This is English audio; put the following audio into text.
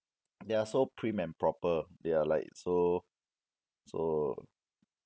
they're so prim and proper they're like so so